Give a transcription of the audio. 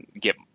get